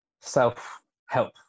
self-help